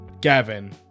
Gavin